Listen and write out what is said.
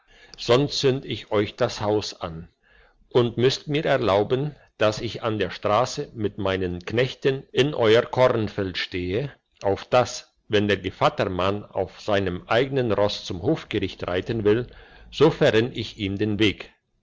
sonst zünd ich euch das haus an und müsst mir erlauben dass ich an der strasse mit meinen knechten in euer kornfeld stehe auf dass wenn der gevattermann auf seinem eigenen ross zum hofgericht reiten will so verrenn ich ihm den weg